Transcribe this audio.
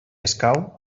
escau